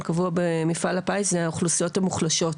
קבוע במפעל הפיס זה האוכלוסיות המוחלשות.